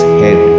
head